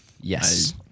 Yes